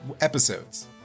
episodes